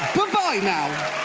good-bye now.